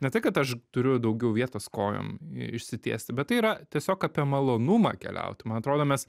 ne tai kad aš turiu daugiau vietos kojom išsitiesti bet tai yra tiesiog apie malonumą keliauti man atrodo mes